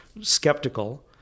skeptical